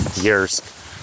years